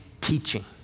teaching